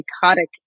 psychotic